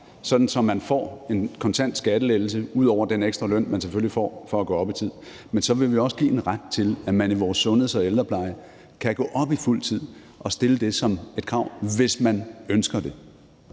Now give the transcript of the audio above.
at man får en kontant skattelettelse ud over den ekstra løn, man selvfølgelig får for at gå op i tid. Men så vil vi også give en ret til, at man i vores sundheds- og ældrepleje kan gå op på fuld tid og stille det som et krav, hvis man ønsker det.